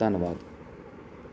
ਧੰਨਵਾਦ